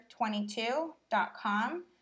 22.com